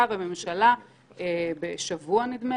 אנחנו נציגי